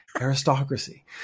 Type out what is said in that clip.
aristocracy